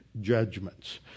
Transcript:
judgments